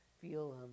feel